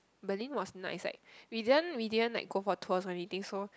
Berlin was nice like we didn't we didn't like go for tours or anything so